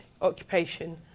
occupation